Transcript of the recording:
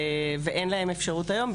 ואין להן אפשרות היום,